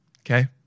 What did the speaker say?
Okay